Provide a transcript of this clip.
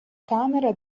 camera